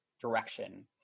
direction